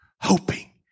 hoping